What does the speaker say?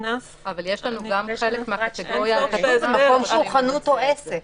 כתוב באיזה מקום שהוא חנות או עסק.